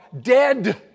dead